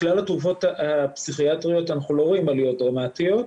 מכלל התרופות הפסיכיאטריות אנחנו לא רואים עליות דרמטיות,